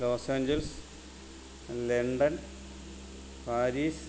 Los Angeles London Paris